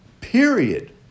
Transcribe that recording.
period